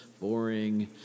boring